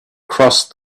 crossed